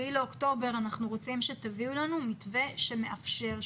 באוקטובר אנחנו רוצים שתביאו לנו מתווה שמאפשר,